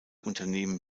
unternehmen